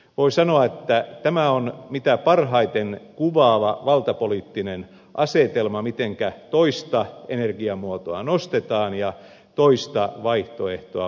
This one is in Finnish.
voi sanoa että tämä on mitä kuvaavin valtapoliittinen asetelma siinä miten toista energiamuotoa nostetaan ja toista vaihtoehtoa vähätellään